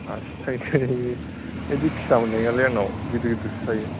आसि थाइनै बिदि फिसा मोननाय नङालै आंनाव गिदिर गिदिरसो थायो